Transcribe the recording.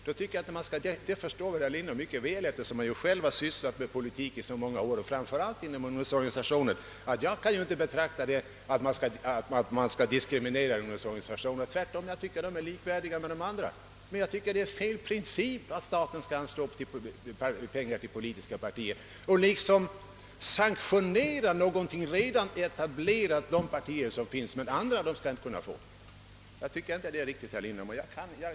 Jag tycker att de är likvärdiga med andra organisationer men att det är principiellt felaktigt att staten anslår pengar till politiska partier och så att säga sanktionerar de partier som redan finns medan andra partier inte skall kunna få någonting.